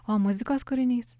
o muzikos kūrinys